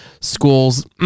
Schools